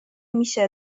میشه